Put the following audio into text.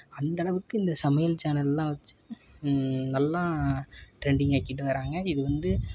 அந்தளவுக்கு இந்த சமையல் சேனலெலாம் வச்சு நல்லா ட்ரெண்டிங் ஆக்கிகிட்டு வர்றாங்க இது வந்து